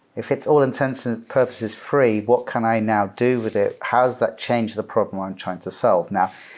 if it's all intents and purposes free, what can i now do with it? how has that changed the problem ah i'm trying to solve? now,